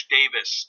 Davis